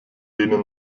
denen